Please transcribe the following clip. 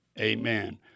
Amen